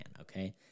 Okay